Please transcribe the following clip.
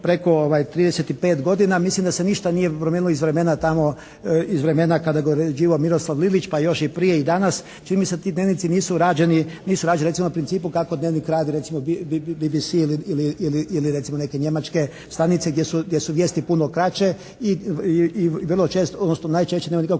preko 35 godina, mislim da se ništa nije promijenilo iz vremena tamo, iz vremena kada ga je uređivao Miroslav Lilić, pa još i prije i danas. Čini mi se da ti "Dnevnici" nisu rađeni recimo na principu kako "Dnevnik" radi recimo BBC ili recimo neke njemačke stanice gdje su vijesti puno kraće i vrlo često,